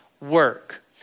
work